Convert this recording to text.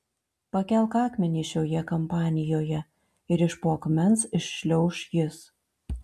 pakelk akmenį šioje kampanijoje ir iš po akmens iššliauš jis